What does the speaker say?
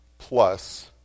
plus